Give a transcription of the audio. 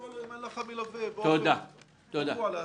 האלה אם אין לך מלווה באופן קבוע להסעה?